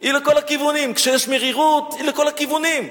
היא לכל הכיוונים, כשיש מרירות היא לכל הכיוונים.